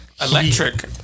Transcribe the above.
Electric